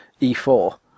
E4